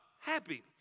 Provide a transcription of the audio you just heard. Happy